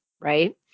right